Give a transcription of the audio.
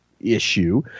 issue